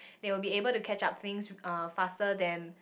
they will be able to catch up things uh faster than